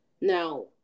Now